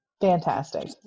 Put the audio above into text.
Fantastic